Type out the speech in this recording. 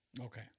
Okay